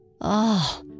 Oh